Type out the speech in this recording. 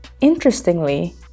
Interestingly